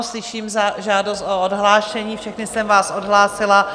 Slyším žádost o odhlášení, všechny jsem vás odhlásila.